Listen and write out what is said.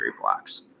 blocks